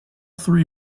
three